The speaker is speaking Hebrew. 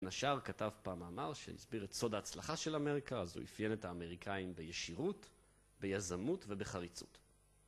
נשאר כתב פעם מאמר שהסביר את סוד ההצלחה של אמריקה, אז הוא אפיין את האמריקאים בישירות, ביזמות ובחריצות